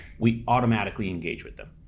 we automatically engage with them.